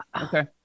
Okay